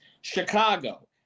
Chicago